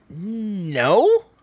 No